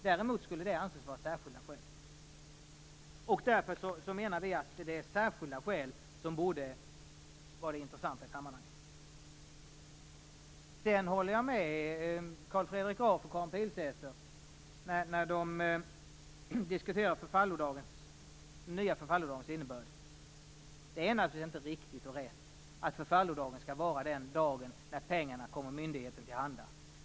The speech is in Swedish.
Däremot skulle det anses vara särskilda skäl. Därför menar vi att det är särskilda skäl som borde vara det intressanta i sammanhanget. Sedan håller jag med Carl Fredrik Graf och Karin Pilsäter när de diskuterar den nya förfallodagens innebörd. Det är naturligtvis inte riktigt och rätt att förfallodagen skall vara den dag då pengarna kommer myndigheten till handa.